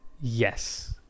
Yes